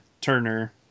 Turner